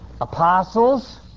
apostles